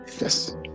yes